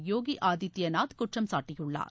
யோகி ஆதித்யநாத் குற்றம் சாட்டியுள்ளார்